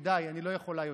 די, אני לא יכולה יותר.